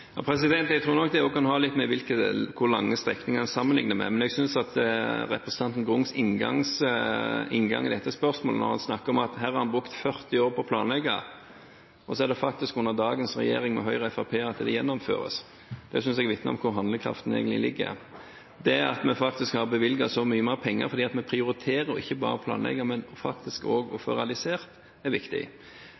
Jeg tror nok det også kan ha litt å gjøre med hvor lange strekninger en sammenligner det med. Men jeg synes at representanten Tungs inngang i dette spørsmålet, når hun snakker om at man har brukt 40 år på å planlegge, og så er det faktisk under dagens regjering med Høyre og Fremskrittspartiet at det gjennomføres, vitner om hvor handlekraften egentlig ligger. Det at vi har bevilget så mye mer penger fordi vi prioriterer ikke bare å planlegge, men faktisk også å